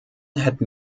hätten